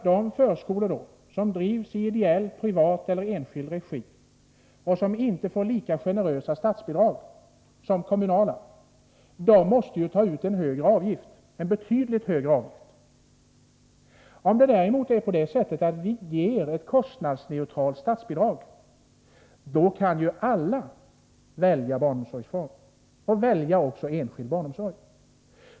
De förskolor som drivs i ideell, privat eller enskild regi och som inte får lika generösa statsbidrag som de kommunala förskolorna måste ju ta ut en högre avgift — betydligt högre. Om vi däremot ger ett kostnadsneutralt statsbidrag, då kan alla välja barnomsorgsform, och man kan välja också enskild barnomsorg.